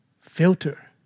Filter